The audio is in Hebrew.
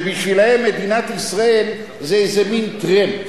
שבשבילם מדינת ישראל זה איזה מין טרמפ.